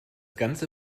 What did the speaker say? ganze